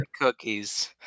cookies